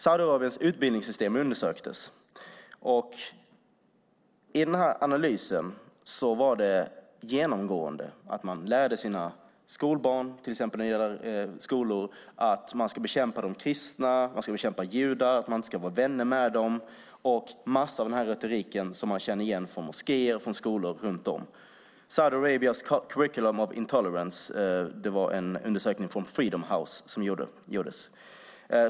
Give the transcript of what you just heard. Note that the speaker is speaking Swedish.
Saudiarabiens utbildningssystem undersöktes. I analysen var det genomgående att skolbarnen fick lära sig att man ska bekämpa kristna och judar och inte vara vänner med dem. Det var en massa av den retorik som man känner igen från moskéer och skolor runt om. Saudi Arabia's Curriculum of Intolerance heter undersökningen, som gjordes av Freedom House.